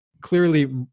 clearly